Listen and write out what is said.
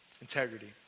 Integrity